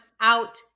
out